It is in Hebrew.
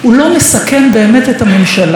הוא לא באמת מסכן את הממשלה.